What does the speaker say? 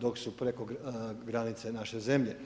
dok su preko granice naše zemlje.